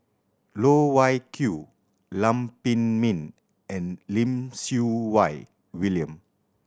Loh Wai Kiew Lam Pin Min and Lim Siew Wai William